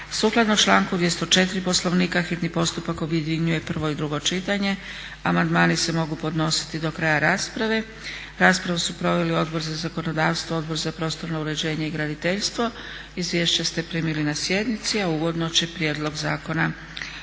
Sukladno članku 204. Poslovnika hitni postupak objedinjuje prvo i drugo čitanje. Amandmani se mogu podnositi do kraja rasprave. Raspravu su proveli Odbor za zakonodavstvo, Odbor za prostorno uređenje i graditeljstvo. Izvješća ste primili na sjednici. A uvodno će prijedlog zakona